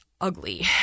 ugly